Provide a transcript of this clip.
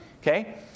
okay